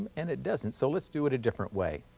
and it doesn't, so, let's do it a different way.